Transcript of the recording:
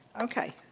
Okay